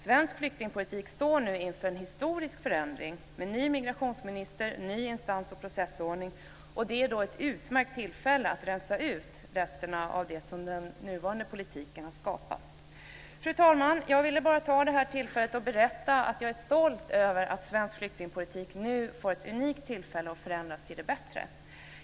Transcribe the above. Svensk flyktingpolitik står nu inför en historisk förändring, med en ny migrationsminister och en ny instans och processordning. Det är ett utmärkt tillfälle att rensa ut resterna av det som den nuvarande politiken har skapat. Fru talman! Jag ville bara ta det här tillfället att berätta att jag är stolt över att svensk flyktingpolitik nu får ett unikt tillfälle att förändras till det bättre.